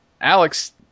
Alex